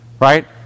right